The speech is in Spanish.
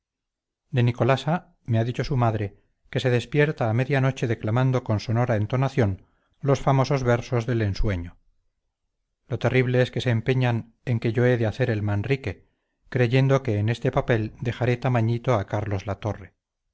de nicolasa me ha dicho su madre que se despierta a media noche declamando con sonora entonación los famosos versos del ensueño lo terrible es que se empeñan en que yo he de hacer el manrique creyendo que en este papel dejaré tamañito a carlos latorre